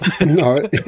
No